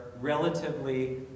relatively